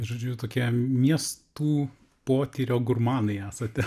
žodžiu tokie miestų potyrio gurmanai esate